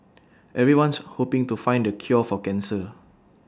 everyone's hoping to find the cure for cancer